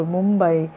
Mumbai